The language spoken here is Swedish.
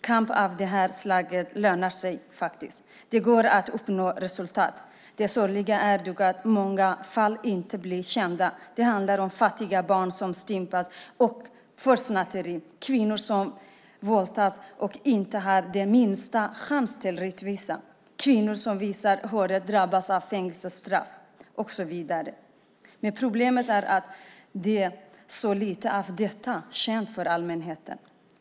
Kamp av det här slaget lönar sig faktiskt. Det går att uppnå resultat. Det sorgliga är att många fall inte blir kända. Det handlar om fattiga barn som stympas för snatteri och kvinnor som våldtas och inte har den minsta chans till rättvisa. Kvinnor som visar håret drabbas av fängelsestraff och så vidare. Problemet är att så lite av detta är känt för allmänheten.